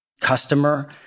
customer